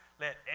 Let